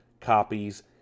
copies